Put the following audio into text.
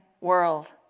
world